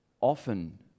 often